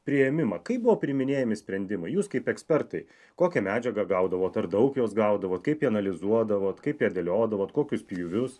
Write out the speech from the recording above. priėmimą kaip buvo priiminėjami sprendimai jūs kaip ekspertai kokią medžiagą gaudavot ar daug jos gaudavot kaip ją analizuodavot kaip ją dėliodavot kokius pjūvius